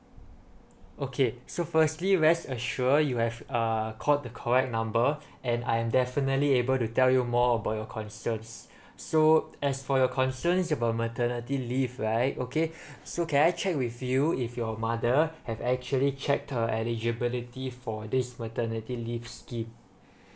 okay so firstly rest assure you have uh called the correct number and I'm definitely able to tell you more about your concerns so as for your concerns about maternity leave right okay so can I check with you if your mother have actually checked her eligibility for this maternity leave scheme